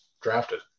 drafted